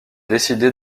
décidé